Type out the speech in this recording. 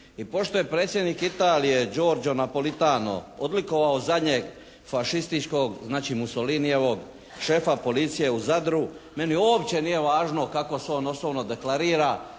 I pošto je predsjednik Italije Georgio Napolitano odlikovao zadnjeg fašističkog, znači Mussolinijevog šefa policije u Zadru meni uopće nije važno kako se on osobno deklarira,